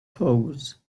pose